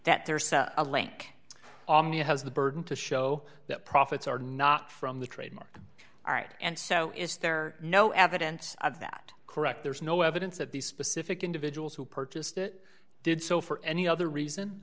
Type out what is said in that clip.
that there's a link on you has the burden to show that profits are not from the trademark all right and so is there no evidence of that correct there's no evidence of these specific individuals who purchased it did so for any other reason